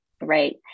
Right